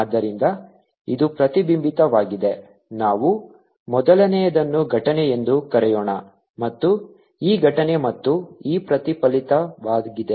ಆದ್ದರಿಂದ ಇದು ಪ್ರತಿಬಿಂಬಿತವಾಗಿದೆ ನಾವು ಮೊದಲನೆಯದನ್ನು ಘಟನೆ ಎಂದು ಕರೆಯೋಣ ಇದು e ಘಟನೆ ಮತ್ತು e ಪ್ರತಿಫಲಿತವಾಗಿದೆ